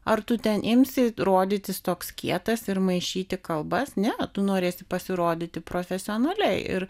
ar tu ten imsi rodytis toks kietas ir maišyti kalbas ne tu norėsi pasirodyti profesionaliai ir